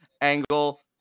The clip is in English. Angle